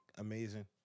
amazing